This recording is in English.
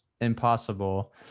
impossible